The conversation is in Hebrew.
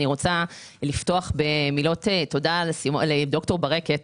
אני רוצה לפתוח במילות תודה לד"ר ברקת,